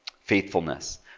Faithfulness